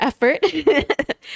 effort